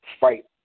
fight